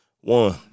one